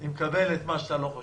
אני מקבל את מה שאתה לא חושב.